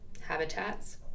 habitats